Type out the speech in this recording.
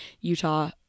Utah